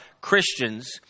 Christians